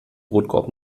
brotkorb